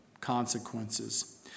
consequences